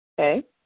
Okay